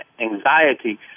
anxiety